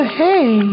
hey